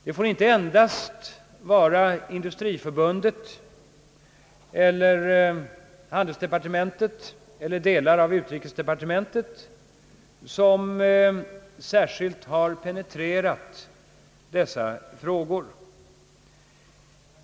Det får inte endast vara Industriförbundet, handelsdepartementet eller delar av utrikesdepartementet som särskilt har penetrerat dessa frågor.